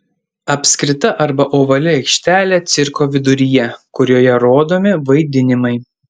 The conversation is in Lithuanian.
apskrita arba ovali aikštelė cirko viduryje kurioje rodomi vaidinimai